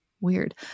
Weird